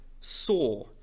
saw